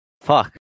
Fuck